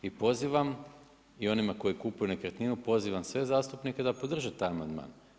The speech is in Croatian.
I pozivam, i onima koji kupuju nekretninu pozivam sve zastupnike da podrže taj amandman.